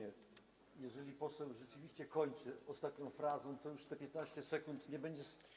Jeżeli poseł rzeczywiście kończy ostatnią frazę, to już te 15 sekund nie będzie.